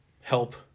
help